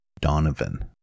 Donovan